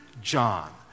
John